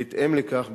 בהתאם לכך,